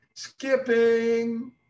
Skipping